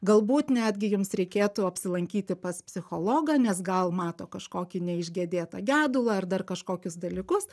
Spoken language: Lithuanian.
galbūt netgi jums reikėtų apsilankyti pas psichologą nes gal mato kažkokį neišgėdėtą gedulą ar dar kažkokius dalykus